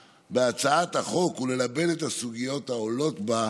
בהצעת החוק וללבן את הסוגיות העולות בה,